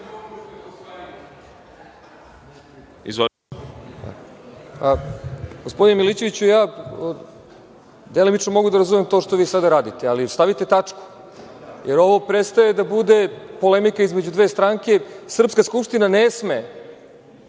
Gospodine Milićeviću, ja delimično mogu da razumem to što vi sada radite, ali stavite tačku, jer ovo prestaje da bude polemika između dve stranke. Srpska Skupština ne sme